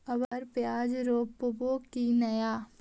अबर प्याज रोप्बो की नय?